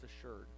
assured